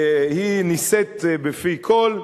נישאת בפי כול,